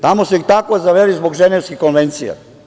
Tamo su ih tako zaveli zbog ženevskih konvencija.